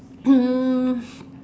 mm